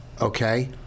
okay